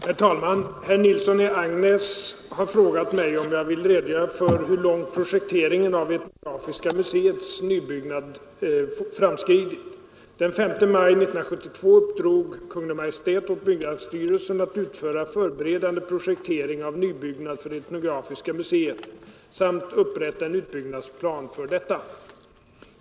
Herr talman! Herr Nilsson i Agnäs har frågat mig om jag vill redogöra för hur långt projekteringen av etnografiska museets nybyggnad framskridit. Den 5 maj 1972 uppdrog Kungl. Maj:t åt byggnadsstyrelsen att utföra förberedande projektering av nybyggnad för etnografiska museet samt att upprätta en utbyggnadsplan för detta.